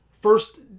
first